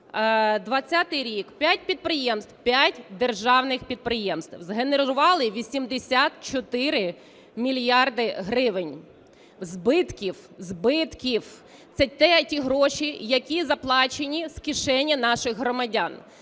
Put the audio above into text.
2020 рік, п'ять підприємств, п'ять державних підприємств згенерували 84 мільярди гривень збитків, збитків. Це ті гроші, які заплачені з кишені наших громадян.